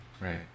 Right